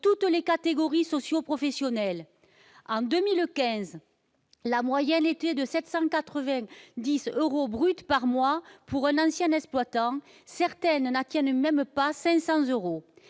toutes les catégories socioprofessionnelles. En 2015, la moyenne était de 790 euros bruts par mois pour un ancien exploitant, certaines n'atteignant même pas 500 euros.